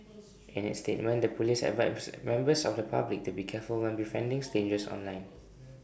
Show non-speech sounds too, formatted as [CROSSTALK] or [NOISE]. [UNINTELLIGIBLE] in its statement the Police advised members of the public to be careful when befriending strangers online